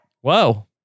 Whoa